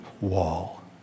wall